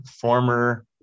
former